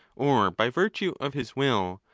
or by virtue of his will,